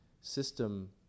system